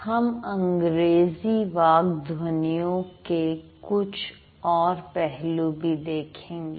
हम अंग्रेजी वाक् ध्वनियों के कुछ और पहलू भी देखेंगे